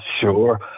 sure